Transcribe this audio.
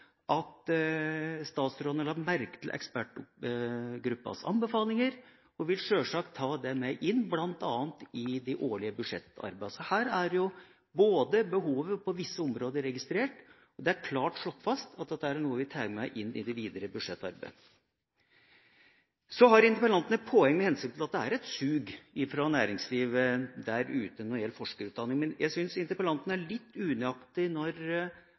at statsråden har lagt merke til ekspertgruppas anbefalinger og sjølsagt vil ta det med inn bl.a. i det årlige budsjettarbeidet. Så her er behovet på visse områder registrert, i tillegg til at det er klart slått fast at dette er noe vi tar med inn i det videre budsjettarbeidet. Så har interpellanten et poeng med hensyn til at det er et sug fra næringslivet der ute når det gjelder forskerutdanning. Men jeg syns interpellanten er litt unøyaktig når